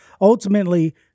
ultimately